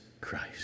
Christ